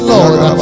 Lord